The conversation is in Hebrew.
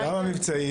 גם המבצעי,